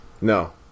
No